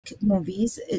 movies